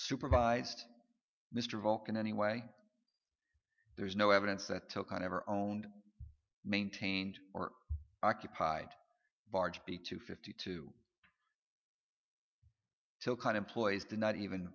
supervised mr vulcan anyway there's no evidence that took on ever owned maintained or occupied barge b two fifty two so kind of ploys did not even